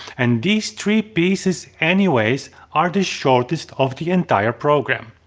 and these three pieces anyways are the shortest of the entire program.